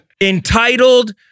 entitled